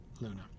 Luna